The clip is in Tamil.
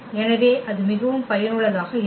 எனவே அது மிகவும் பயனுள்ளதாக இருக்கும்